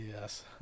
yes